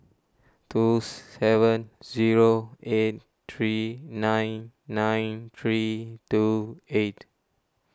two seven zero eight three nine nine three two eight